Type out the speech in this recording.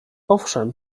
owszem